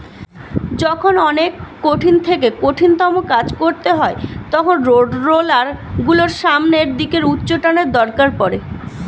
যখন অনেক কঠিন থেকে কঠিনতম কাজ করতে হয় তখন রোডরোলার গুলোর সামনের দিকে উচ্চটানের দরকার পড়ে